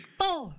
four